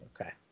Okay